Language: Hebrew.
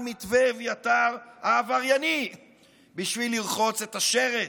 מתווה אביתר העברייני בשביל לטהר את השרץ.